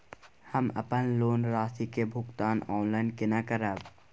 हम अपन लोन राशि के भुगतान ऑनलाइन केने करब?